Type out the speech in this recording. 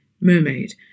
mermaid